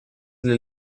для